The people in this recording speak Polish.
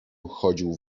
chodził